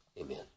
Amen